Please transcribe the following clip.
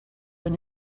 when